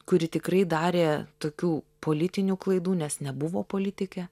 kuri tikrai darė tokių politinių klaidų nes nebuvo politikė